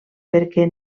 perquè